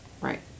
right